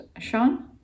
Sean